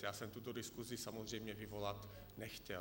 Já jsem tuto diskusi samozřejmě vyvolat nechtěl.